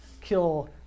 kill